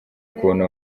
ukuntu